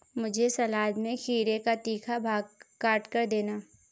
मुझे सलाद में खीरे का तीखा भाग काटकर देना